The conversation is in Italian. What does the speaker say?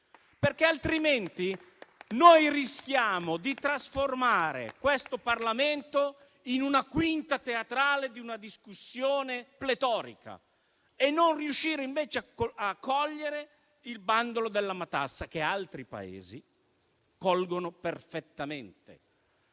Altrimenti, rischiamo di trasformare questo Parlamento nella quinta teatrale di una discussione pletorica, senza riuscire invece a cogliere il bandolo della matassa, che altri Paesi colgono perfettamente.